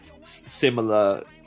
similar